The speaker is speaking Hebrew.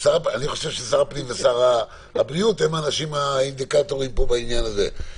ששר הפנים ושר הבריאות הם האנשים האינדיקטורים פה בעניין הזה.